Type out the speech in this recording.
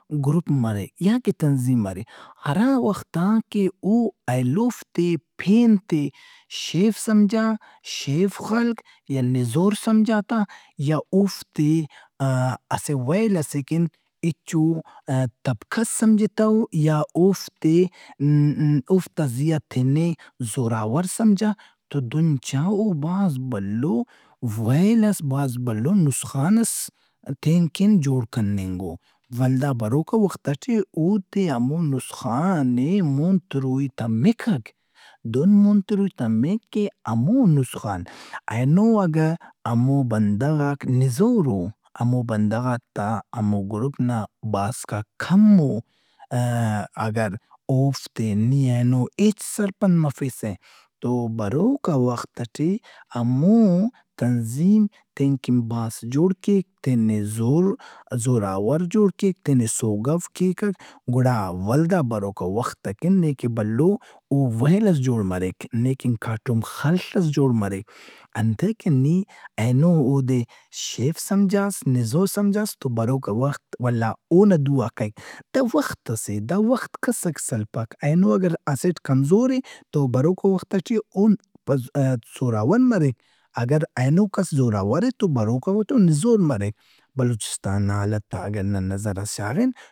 گروپ مرے یا کہ تنظیم مرے ہرا وخت آ کہ اوایلوفتے پینت ئے شیف سمجھا، شیف خلک یا نزور سمجھا تا یا اوفتے اسہ ویل ئسے کن ہچو طبقہس سمجھتو یا اوفتے اوفتا زیا تینے زوراور سمجھا تو دہن چا او بھاز بھلو ویل ئس بھاز بھلو نسخان ئس تین کن جوڑ کننگ او۔ ولدا بروکا وخت ئٹے اوفتے ہمونسخان ئے مون تروئی تمکک۔ دہن مون تِروئی تمک کہ ہمو نسخان اینو اگہ ہمو بندغاک نزور او، ہمو بندغات آ ہمو گروپ نا باسکاک کم او، آ- اگہ اوفتے نی اینوہچ سرپند مفیسہ تو بروکا وخت ئٹےہمو تنظیم تین کن باسک جوڑکیک۔ تینے زوراورجوڑ کیک، تینے سوگو کیکک گڑا ولدا بروکا وخت ئکن نے بھلو ویل ئس جوڑمریک، نے کن کاٹم خڷ ئس جوڑ مریک۔ انتئے کہ نی اینو اودے شیف سمجھاس، نزور سمجھاس تو بروکا وخت ولدا اونا دُو آ کائک۔ دا وخت ئس اے۔ دا وخت کس ئکہ سلپک۔ اینو اگر اسٹ کمزور اے تو بروکا وخت ئٹے م- پز- زوراور مریک۔ اگہ اینو کس زوراور اے تو بروکا وٹے نزور مریک۔ بلوچستان نا حالت آ اگر نن نظرس شاغن۔